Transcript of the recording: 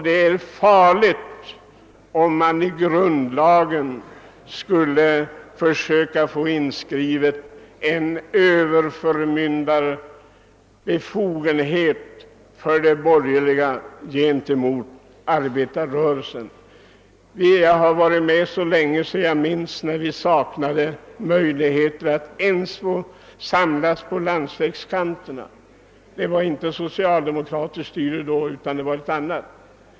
Det vore farligt om man i grundlagen fick inskriven en Ööverförmyndarbefogenhet för de borgerliga gentemot arbetarrörelsen. Jag har varit med så länge att jag minns den tiden då vi saknade möjligheter att samlas till möten; vi fick inte ens träffas på landsvägskanten. Det var inte socialdemokratiskt styre den gången.